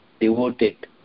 Devoted